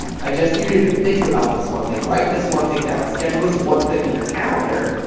i just needed to think about this one thing, right? this one thing down, schedule this one thing in your calendar.